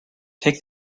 take